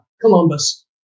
Columbus